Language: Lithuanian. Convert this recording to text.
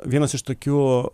vienas iš tokių